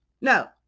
No